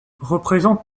représentent